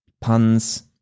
puns